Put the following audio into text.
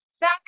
back